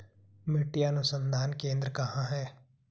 मिट्टी अनुसंधान केंद्र कहाँ है?